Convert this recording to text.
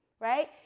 right